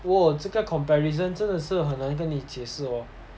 !wow! 这个 comparison 真的是很难跟你解释哦